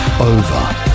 Over